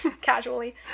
casually